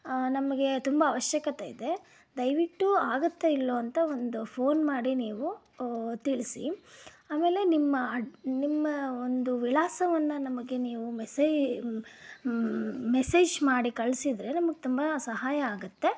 ನಮಗೆ ತುಂಬ ಅವಶ್ಯಕತೆ ಇದೆ ದಯವಿಟ್ಟು ಆಗತ್ತಾ ಇಲ್ಲೋ ಅಂತ ಒಂದು ಫೋನ್ ಮಾಡಿ ನೀವು ತಿಳಿಸಿ ಆಮೇಲೆ ನಿಮ್ಮ ಅಡ್ ನಿಮ್ಮ ಒಂದು ವಿಳಾಸವನ್ನು ನಮಗೆ ನೀವು ಮೆಸೇಜ್ ಮಾಡಿ ಕಳಿಸಿದ್ರೆ ನಮಗೆ ತುಂಬ ಸಹಾಯ ಆಗತ್ತೆ